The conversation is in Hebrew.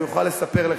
הוא יוכל לספר לך,